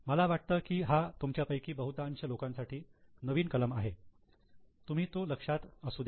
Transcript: मला वाटतं की हा तुमच्यापैकी बहुतांश लोकांसाठी नवीन कलम आहे तुम्ही तो लक्षात असू द्यावा